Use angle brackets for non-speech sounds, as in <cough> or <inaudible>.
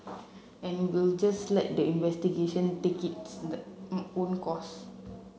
and we'll just let the investigation take its the <unintelligible> own course